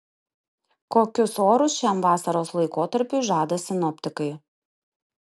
kokius orus šiam vasaros laikotarpiui žada sinoptikai